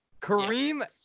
Kareem